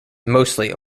mostly